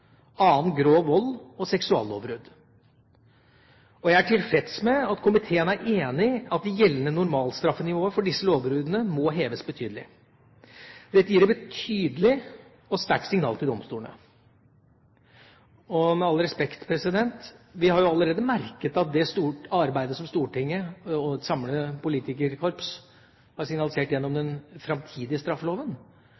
annen grov vold og seksuallovbrudd. Jeg er tilfreds med at komiteen er enig i at det gjeldende normalstraffenivået for disse lovbruddene må heves betydelig. Dette gir et tydelig og sterkt signal til domstolene. Og med all respekt, vi har jo allerede merket at det arbeidet som Stortinget og et samlet politikerkorps har signalisert gjennom den